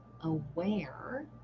aware